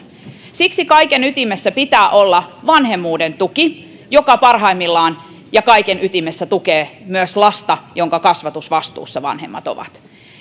siksi kaiken ytimessä pitää olla vanhemmuuden tuki joka parhaimmillaan ja kaiken ytimessä tukee lasta jonka kasvatusvastuussa vanhemmat ovat